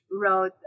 wrote